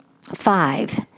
Five